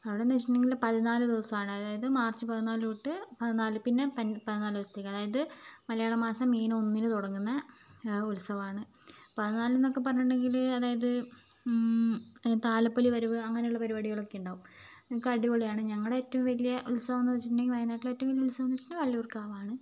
അവിടെയെന്നു വച്ചിട്ടുണ്ടെങ്കിൾ പതിനാല് ദിവസമാണ് അതായത് മാർച്ച് പതിനാലു തൊട്ട് പതിനാല് പിന്നെ പതിനാല് ദിവസത്തേയ്ക്ക് അതായത് മലയാള മാസം മീനം ഒന്നിനു തുടങ്ങുന്നത് ഉത്സവമാണ് പതിനാലെന്നൊക്കെ പറഞ്ഞിട്ടുണ്ടങ്കിൾ അതായത് താലപ്പൊലി വരവ് അങ്ങനെയുള്ള പരിപാടികളൊക്കെ ഉണ്ടാവും അതൊക്കെ അടിപൊളിയാണ് ഞങ്ങളുടെ ഏറ്റവും വലിയ ഉത്സവം എന്നു വച്ചിട്ടുണ്ടെങ്കിൽ വയനാട്ടിലെ ഏറ്റവും വലിയ ഉത്സവം എന്നു വച്ചിട്ടുണ്ടെങ്കിൽ വള്ളിയൂർക്കാവാണ്